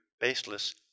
baseless